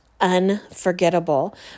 unforgettable